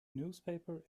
newspaper